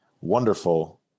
wonderful